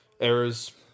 errors